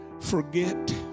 forget